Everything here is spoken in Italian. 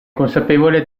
consapevole